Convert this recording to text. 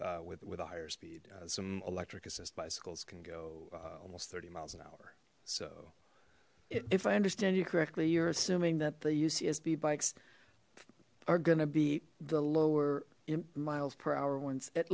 with with a higher speed some electric assist bicycles can go almost thirty miles an hour so if i understand you correctly you're assuming that the ucsb bikes are gonna be the lower in miles per hour once at